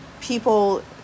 people